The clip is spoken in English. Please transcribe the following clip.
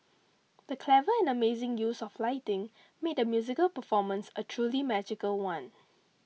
the clever and amazing use of lighting made the musical performance a truly magical one